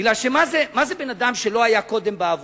כי מה זה בן-אדם שלא היה קודם בעבודה?